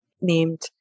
named